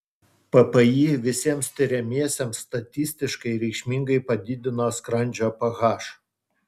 ppi visiems tiriamiesiems statistiškai reikšmingai padidino skrandžio ph